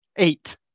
Eight